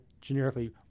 generically